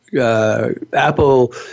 Apple